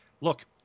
look